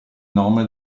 nome